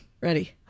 Ready